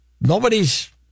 Nobody's